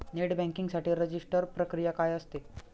Net banking साठी register प्रक्रिया काय असते?